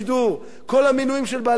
כל המינויים של בעלי התפקידים,